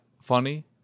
funny